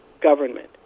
government